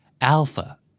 alpha